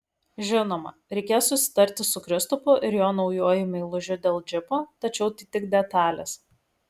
žinoma reikės susitarti su kristupu ir jo naujuoju meilužiu dėl džipo tačiau tai tik detalės